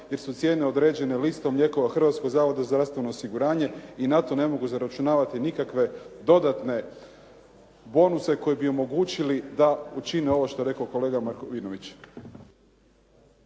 jer su cijene određene listom lijekova Hrvatskog zavoda za zdravstveno osiguranje i na to ne mogu zaračunavati nikakve dodatne bonuse koji bi omogućili da učine ovo što je rekao kolega Markovinović.